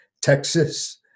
Texas